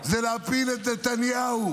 זה להפיל את נתניהו,